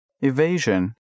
Evasion